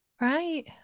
Right